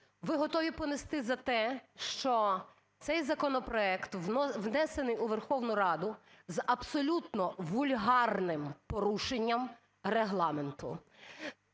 ви готові понести за те, що цей законопроект внесений у Верховну Раду з абсолютно вульгарним порушенням Регламенту?